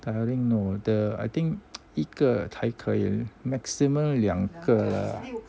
tiring no the I think 一个才可以 maximum 两个 lah